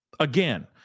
Again